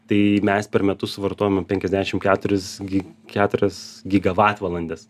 tai mes per metus vartojam penkiasdešim keturis gi keturias gigavatvalandes